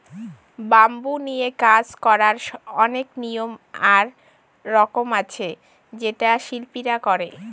bamboo নিয়ে কাজ করার অনেক নিয়ম আর রকম আছে যেটা শিল্পীরা করে